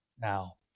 now